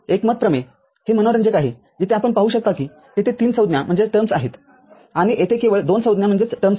एकमत प्रमेय हे मनोरंजक आहेजिथे आपण पाहू शकता की तेथे तीन संज्ञा आहेत आणि येथे केवळ २ संज्ञा आहेत